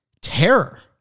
terror